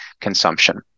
consumption